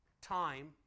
time